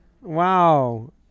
Wow